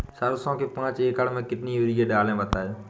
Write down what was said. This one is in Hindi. सरसो के पाँच एकड़ में कितनी यूरिया डालें बताएं?